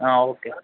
okay